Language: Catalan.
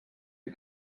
els